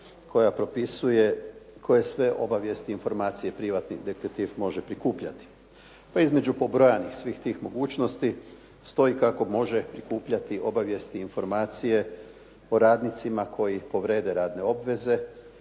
koja propisuje koje sve obavijesti i informacije privatni detektiv može prikupljati. Pa između pobrojanih svih tih mogućnosti stoji kako može skupljati obavijesti i informacije o radnicima koje povrijede radne obveze